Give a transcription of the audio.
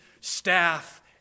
staff